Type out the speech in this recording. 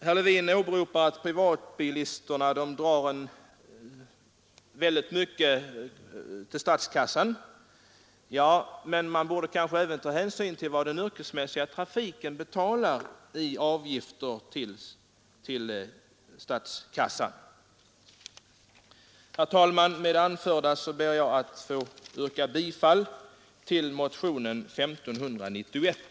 Herr Levin åberopade att privatbilisterna drar in mycket pengar till statskassan. Man borde i detta sammanhang kanske också ta hänsyn till vad den yrkesmässiga trafiken betalar i avgifter till statskassan. Herr talman! Med det anförda ber jag att få yrka bifall till motionen 1591.